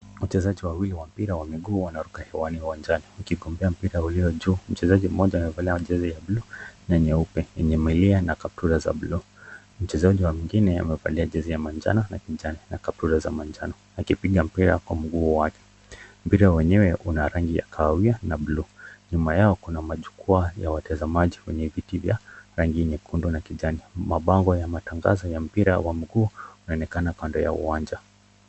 Wachezaji wawili wa mpira wa mguu wanaruka hewani uwanjani, wakigombea mpira uliojuu. Mchezaji mmoja amevalia jezi ya buluu na nyeupe yenye milia na kaptura za buluu, mchezaji mwingine amevalia jezi ya manjano na kijani na kaputura za manjano akipiga mpira kwa mguu wake. Mpira wenyewe una rangi ya kahawia, na buluu. Nyuma yao kuna majukwaa ya watazamaji wenye viti vya rangi ya nyekundu na kijani, mabango ya matangazo ya mpira wa mguu unaonekana kando ya uwanja.